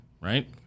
right